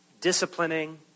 Disciplining